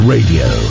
Radio